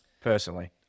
personally